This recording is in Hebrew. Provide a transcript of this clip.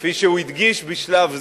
כפי שהוא הדגיש: בשלב זה.